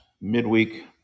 midweek